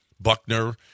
Buckner